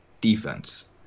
defense